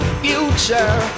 future